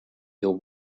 your